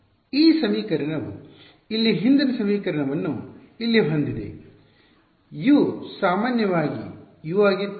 ಈ ಸಮೀಕರಣವು ಇಲ್ಲಿ ಹಿಂದಿನ ಸಮೀಕರಣವನ್ನು ಇಲ್ಲಿ ಹೊಂದಿದೆ U ಸಾಮಾನ್ಯವಾಗಿ ಈ U ವಾಗಿತ್ತು